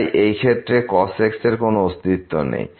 তাই এই ক্ষেত্রে cos x এর কোন অস্তিত্ব নেই